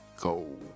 go